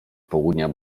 południa